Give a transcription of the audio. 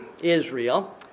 Israel